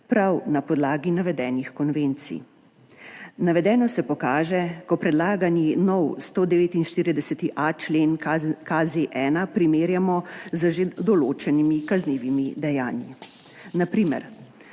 prav na podlagi navedenih konvencij. Navedeno se pokaže, ko predlagani nov 149.a člen KZ-1 primerjamo z že določenimi kaznivimi dejanji, na primer